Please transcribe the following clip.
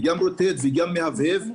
רוטט ומהבהב,